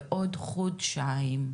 בעוד חודשיים.